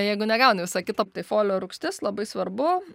jeigu negauni visa kita tai folio rūgštis labai svarbu